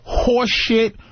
horseshit